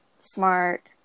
smart